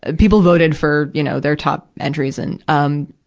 and people voted for, you know, their top entries and, um,